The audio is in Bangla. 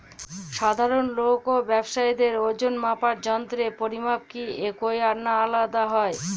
সাধারণ লোক ও ব্যাবসায়ীদের ওজনমাপার যন্ত্রের পরিমাপ কি একই না আলাদা হয়?